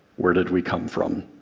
where did we come from?